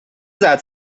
that